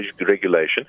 regulation